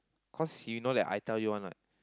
cause he'll know that I tell you one what